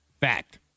fact